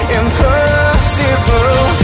impossible